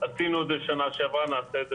עשינו את זה בשנה שעברה, נעשה את זה